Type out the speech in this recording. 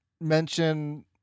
mention